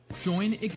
Join